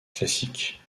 classique